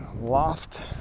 loft